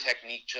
technique